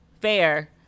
fair